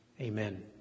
Amen